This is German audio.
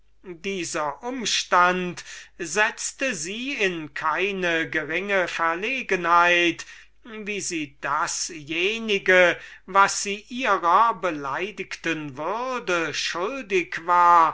dieser umstand setzte sie in der tat in keine geringe verlegenheit wie sie dasjenige was sie ihrer beleidigten würde schuldig war